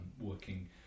working